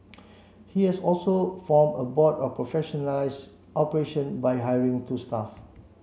he has also form a board and professionalize operation by hiring two staff